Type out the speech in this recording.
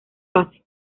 fase